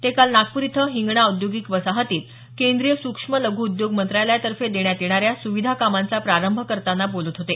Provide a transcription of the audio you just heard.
ते काल नागपूर इथं हिंगणा औद्योगिक वसाहतीत केंद्रीय सुक्ष्म लघू उद्योग मंत्रालयातर्फे देण्यात येणाऱ्या सुविधा कामांचा प्रारंभ करताना बोलत होते